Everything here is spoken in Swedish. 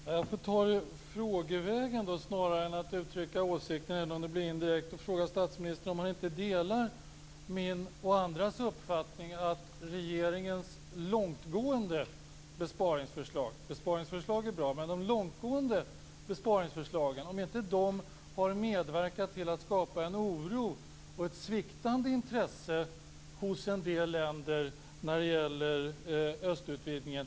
Fru talman! Jag får ta det frågevägen snarare än att uttrycka åsikter, även om det blir indirekt. Jag frågar alltså om inte statsministern delar min och andras uppfattning, om inte regeringens långtgående besparingsförslag - besparingsförslag är bra men nu gäller det de långtgående besparingsförslagen - har medverkat till att skapa en oro och ett sviktande intresse hos en del länder när det gäller östutvidgningen.